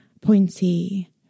pointy